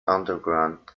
underground